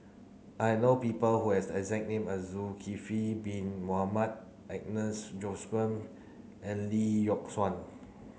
I know people who has the exact name as Zulkifli bin Mohamed Agnes Joaquim and Lee Yock Suan